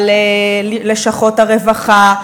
על לשכות הרווחה,